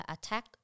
Attack